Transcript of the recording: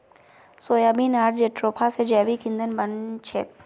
soybean आर jatropha स जैविक ईंधन बन छेक